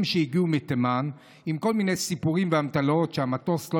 שהגיעו מתימן בכל מיני סיפורים ואמתלות שהמטוס לא